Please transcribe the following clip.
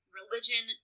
religion